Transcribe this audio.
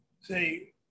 say